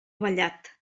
vallat